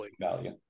value